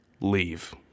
leave